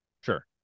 Sure